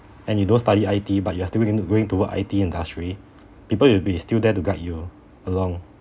and you don't study I_T but you are still going to going to work I_T industry people you will be still there to guide you along